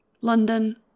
London